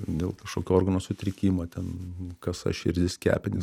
dėl kažkokio organo sutrikimo ten kasa širdis kepenys